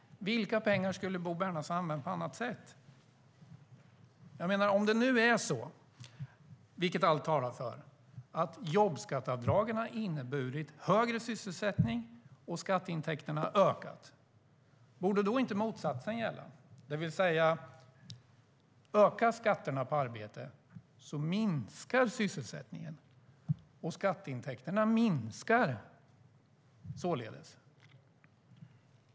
Vilka pengar skulle Bo Bernhardsson ha använt på annat sätt? Allt talar för att jobbskatteavdragen har inneburit högre sysselsättning och att skatteintäkterna ökat. Borde då inte motsatsen gälla, det vill säga att ökad skatt på arbete innebär minskad sysselsättning och att skatteintäkterna minskar?